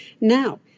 Now